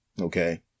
okay